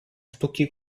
stucchi